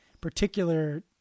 particular